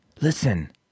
Listen